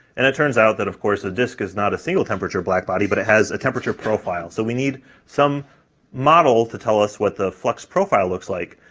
and it turns out that, of course, the disk is not a single-temperature blackbody, but it has a temperature profile. so we need some model to tell us what the flux profile looks like,